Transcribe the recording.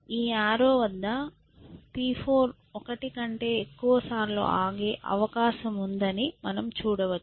ఈ యారో వద్ద P4 ఒకటి కంటే ఎక్కువసార్లు ఆగే అవకాశం ఉందని మనం చూడవచ్చు